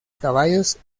caballos